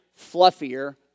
fluffier